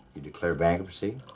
you declare bankruptcy,